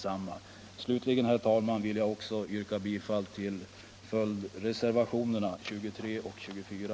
Slutligen, herr talman, vill jag också yrka bifall till följdreservationerna 23 och 24.